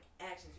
actions